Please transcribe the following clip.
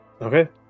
Okay